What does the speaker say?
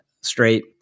straight